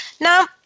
Now